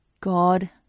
God